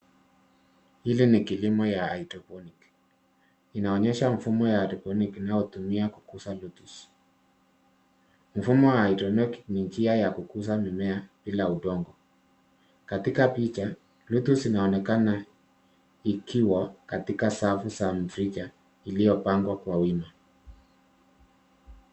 Hili ni kilimo ya hydroponic . Inaonyesha mfumo ya hydroponic inayotumika kukuza lettuce . Mfumo ya hydroponic ni njia ya kukuza mimea bila udongo. Katika picha lettuce inaonekana ikiwa katika safu za mirija iliyopangwa kwa wima.